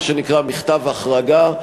מה שנקרא "מכתב החרגה",